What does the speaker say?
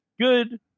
good